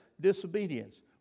disobedience